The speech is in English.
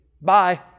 Bye